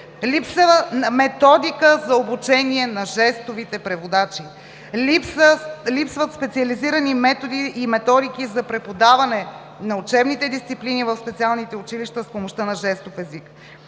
Липсва методика за обучение на жестовите преводачи. Липсват специализирани методи и методики за преподаване на учебните дисциплини в специалните училища с помощта на жестов език.